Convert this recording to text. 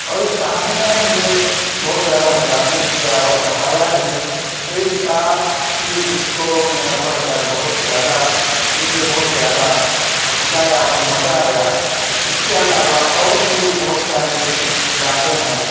اور اس کہانی نے مجھے بہت زیادہ متاثر کیا اور ہنسایا بھی تو یہ کتاب تھی جس کو میں پڑھ کر بہت زیادہ مجھے بہت زیادہ ہنسایا اور مزہ آیا اس کے علاوہ اور بھی بہت ساری کتابیں ہیں